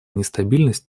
нестабильность